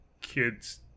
kids